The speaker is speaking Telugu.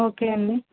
ఓకే అండి